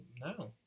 no